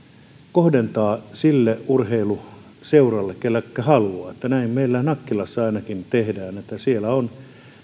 kohdentaa sille urheiluseuralle kenelle haluaa näin meillä nakkilassa ainakin tehdään siellä on